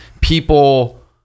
people